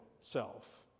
self